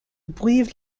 brive